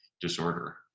disorder